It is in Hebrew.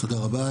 תודה רבה.